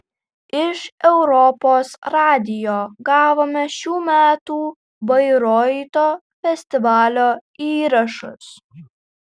iš europos radijo gavome šių metų bairoito festivalio įrašus